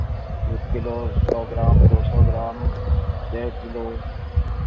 ایک کلو سو گرام دو سو گرام ڈیڑھ کلو